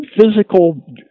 physical